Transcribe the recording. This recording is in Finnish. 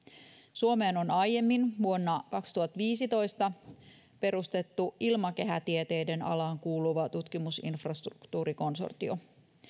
suomeen on aiemmin vuonna kaksituhattaviisitoista perustettu ilmakehätieteiden alaan kuuluva tutkimusinfrastruktuurikonsortio